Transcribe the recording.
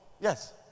Yes